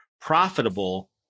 profitable